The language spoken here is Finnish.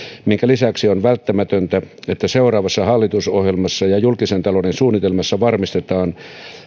minkä lisäksi on välttämätöntä että seuraavassa hallitusohjelmassa ja julkisen talouden suunnitelmassa varmistetaan